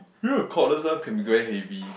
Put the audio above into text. you know the cordless one can be very heavy